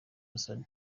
musoni